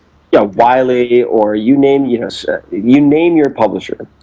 yeah, wiley or you name you know so you name your publisherothey